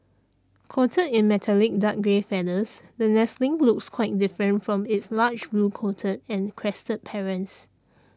coated in metallic dark grey feathers the nestling looks quite different from its large blue coated and crested parents